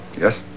Yes